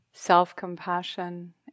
self-compassion